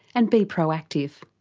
and be proactive.